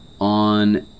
on